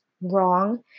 wrong